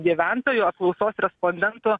gyventojų apklausos respondentų